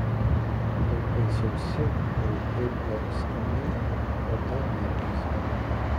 plaukai sausi pilkai balzgani oda neblizga